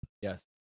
Yes